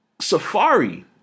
Safari